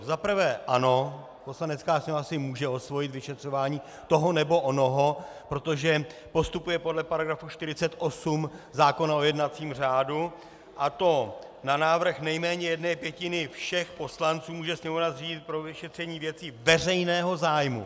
Za prvé ano, Poslanecká sněmovna si může osvojit vyšetřování toho nebo onoho, protože postupuje podle § 48 zákona o jednacím řádu, a to na návrh nejméně jedné pětiny všech poslanců může Sněmovna zřídit pro vyšetření věcí veřejného zájmu.